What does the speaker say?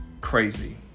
crazy